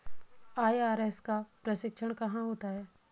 IRS का प्रशिक्षण कहाँ होता है?